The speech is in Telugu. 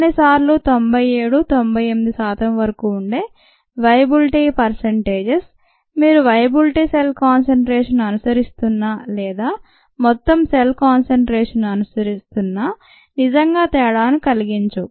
కొన్నిసార్లు 97 98 శాతం వరకు ఉండే వేయబులిటీ పర్సెన్టేజెస్ మీరు వేయబుల్ సెల్ కాన్సెన్ట్రేషన్ ను అనుసరిస్తున్నా లేదా మొత్తం సెల్ కాన్సెన్ట్రేషన్ ను అనుసరిస్తున్నా నిజంగా తేడాను కలిగించవు